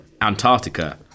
Antarctica